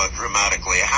dramatically